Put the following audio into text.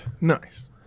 Nice